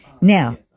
Now